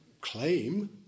claim